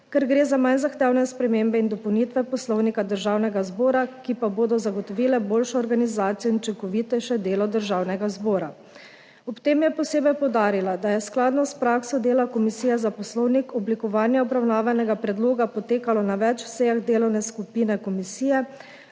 ker gre za manj zahtevne spremembe in dopolnitve Poslovnika Državnega zbora, ki pa bodo zagotovile boljšo organizacijo in učinkovitejše delo Državnega zbora. Ob tem je posebej poudarila, da je skladno s prakso dela Komisije za poslovnik oblikovanje obravnavanega predloga potekalo na več sejah delovne skupine komisije,